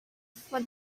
for